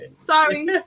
Sorry